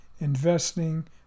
investing